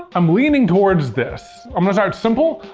i'm leaning towards this. i'ma start simple,